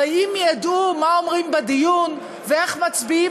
הרי אם ידעו מה אומרים בדיון ואיך מצביעים,